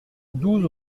douze